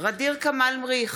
ע'דיר כמאל מריח,